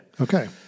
Okay